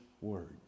Word